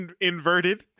inverted